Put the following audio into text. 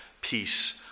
peace